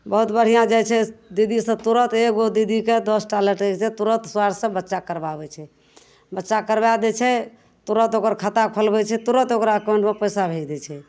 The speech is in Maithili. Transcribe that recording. बहुत बढ़िआँ जाइ छै दीदी सब तुरत एगो दीदीके दस टा लटकि जेतय तुरत सरसँ बच्चा करबाबय छै बच्चा करबाय दै छै तुरत ओकर खाता खोलबय छै तुरत ओकरा एकाउंटमे पैसा भेज दै छै